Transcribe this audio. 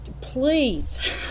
please